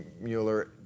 Mueller